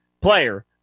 player